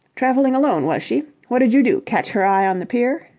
travelling alone, was she? what did you do? catch her eye on the pier?